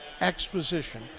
Exposition